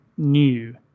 New